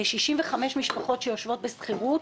65 משפחות שיושבות בשכירות.